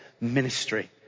ministry